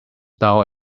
dull